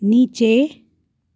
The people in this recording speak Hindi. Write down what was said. नीचे